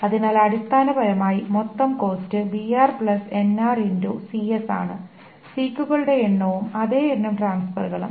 അതിനാൽ അടിസ്ഥാനപരമായി മൊത്തം കോസ്റ്റ് ആണ് സീക്കുകളുടെ എണ്ണവും അതേ എണ്ണം ട്രാൻസ്ഫറുകളും